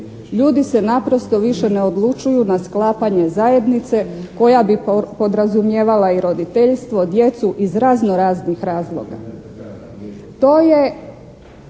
Ljudi se naprosto više ne odlučuju na sklapanje zajednice koja bi podrazumijevala i roditeljstvo, djecu iz razno raznih razloga.